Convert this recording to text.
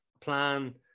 plan